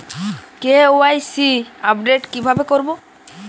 KYC update কিভাবে করবো?